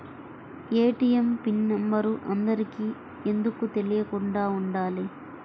ATM pin number అందరికి ఎందుకు తెలియకుండా ఉండాలి?